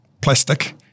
plastic